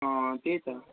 अँ त्यही त